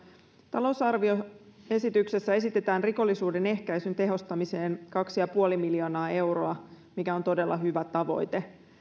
talousarvioesityksessä esitetään rikollisuuden ehkäisyn tehostamiseen kaksi pilkku viisi miljoonaa euroa mikä on todella hyvä tavoite